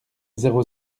zéro